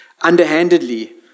underhandedly